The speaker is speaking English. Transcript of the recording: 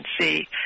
see